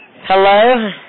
Hello